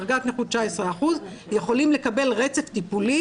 דרגת נכות 19% יכולים לקבל רצף טיפולי.